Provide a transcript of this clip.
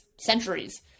centuries